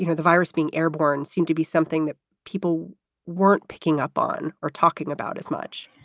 you know the virus being airborne seemed to be something that people weren't picking up on or talking about as much?